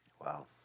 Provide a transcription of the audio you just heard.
wow